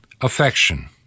affection